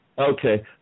Okay